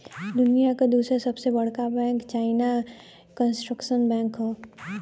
दुनिया के दूसर सबसे बड़का बैंक चाइना कंस्ट्रक्शन बैंक ह